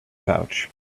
pouch